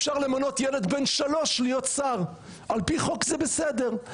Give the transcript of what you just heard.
אפשר למנות ילד בן שלוש להיות שר ועל פי חוק זה בסדר.